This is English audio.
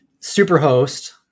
Superhost